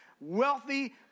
wealthy